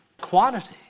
quantity